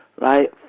Right